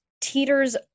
teeters